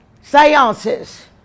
Seances